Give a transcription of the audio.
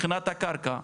מבחינת הקרקע,